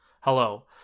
Hello